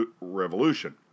Revolution